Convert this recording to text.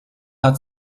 hat